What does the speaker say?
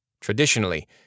Traditionally